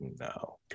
no